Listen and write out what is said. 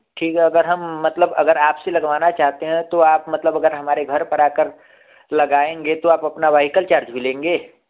ठीक है अगर हम मतलब अगर आप से लगवाना चाहते हैं तो आप मतलब अगर हमारे घर पर आकर लगाएँगे तो आप अपना वाइकल चार्ज भी लेंगे